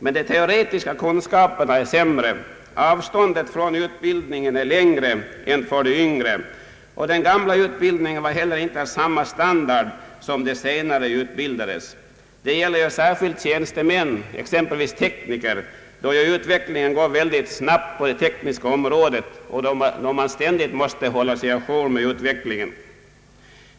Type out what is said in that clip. Men de teoretiska kunskaperna är sämre. Avståndet från utbildningen är längre än för de yngre, och den gamla utbildningen hade inte heller samma standard som de senare utbildades. Detta gäller särskilt tjänstemän, exempelvis tekniker, då utvecklingen går mycket snabbt på det tekniska området och då man ständigt måste hålla sig å jour med utvecklingen.